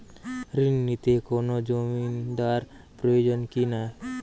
ঋণ নিতে কোনো জমিন্দার প্রয়োজন কি না?